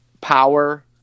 power